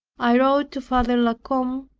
i wrote to father la combe,